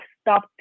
stop